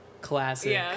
classic